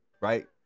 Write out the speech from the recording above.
right